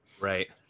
Right